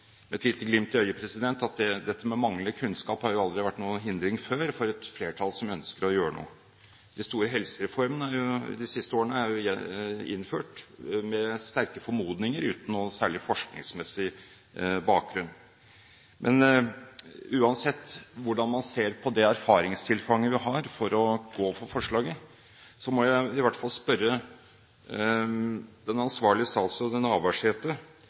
med et lite glimt i øyet, at dette med manglende kunnskap aldri før har vært noen hindring for et flertall som ønsker å gjøre noe. De store helsereformene de siste årene er jo innført med sterke formodninger, uten noen særlig forskningsmessig bakgrunn. Men uansett hvordan man ser på det erfaringstilfanget vi har for å gå for forslaget, må jeg i hvert fall spørre den ansvarlige statsråden, Navarsete,